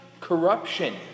Corruption